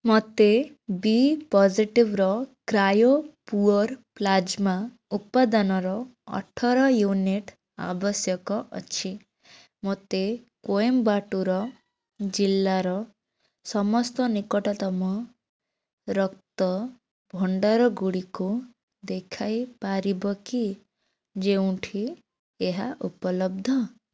ମୋତେ ବି ପଜେଟିଭ୍ର cryo poor plasma ଉପାଦାନର ଅଠର ୟୁନିଟ୍ ଆବଶ୍ୟକ ଅଛି ମୋତେ କୋଏମ୍ବାଟୁର ଜିଲ୍ଲାର ସମସ୍ତ ନିକଟତମ ରକ୍ତ ଭଣ୍ଡାରଗୁଡ଼ିକୁ ଦେଖାଇ ପାରିବ କି ଯେଉଁଠି ଏହା ଉପଲବ୍ଧ